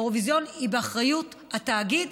האירוויזיון הוא באחריות התאגיד,